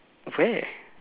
where